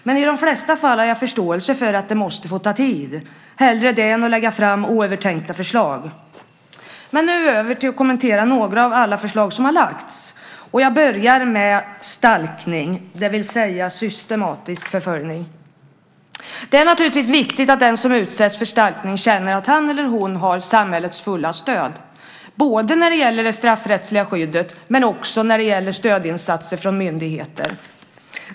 Men i de flesta fall har jag förståelse för att det måste få ta tid, hellre det än att lägga fram oövertänkta förslag. Nu över till att kommentera några av alla förslag som har lagts fram. Jag börjar med stalkning, det vill säga systematisk förföljelse. Det är naturligtvis viktigt att den som utsätts för stalkning känner att han eller hon har samhällets fulla stöd, både när det gäller det straffrättsliga skyddet och när det gäller stödinsatser från myndigheter.